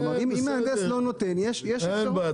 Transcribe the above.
אם מהנדס לא נותן יש אפשרות --- אין בעיה,